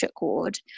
ward